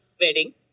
wedding